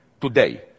today